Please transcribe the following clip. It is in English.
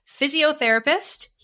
physiotherapist